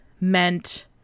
meant